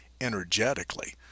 energetically